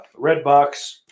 Redbox